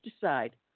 decide